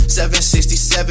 767